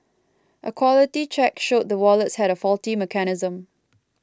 a quality check showed the wallets had a faulty mechanism